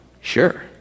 Sure